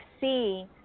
see